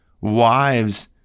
wives